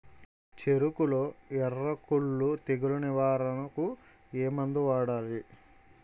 చెఱకులో ఎర్రకుళ్ళు తెగులు నివారణకు ఏ మందు వాడాలి?